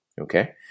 Okay